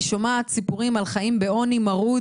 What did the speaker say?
אני שומעת סיפורים על חיים בעוני מרוד,